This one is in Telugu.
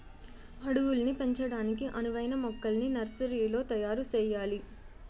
అడవుల్ని పెంచడానికి అనువైన మొక్కల్ని నర్సరీలో తయారు సెయ్యాలి